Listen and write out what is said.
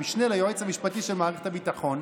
המשנה ליועץ המשפטי של מערכת הביטחון,